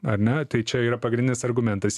ar ne tai čia yra pagrindinis argumentas